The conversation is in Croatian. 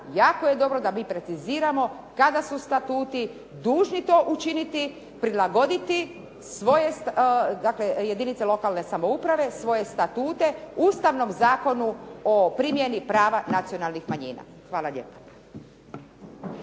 jako je dobro da mi preciziramo kada su statuti dužni to učiniti, prilagoditi jedinice lokalne samouprave svoje statute Ustavnom zakonu o primjeni prava nacionalnih manjina. Hvala lijepa.